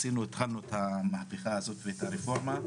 התחלנו את המהפכה הזאת ואת הרפורמה,